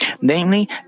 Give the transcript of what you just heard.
Namely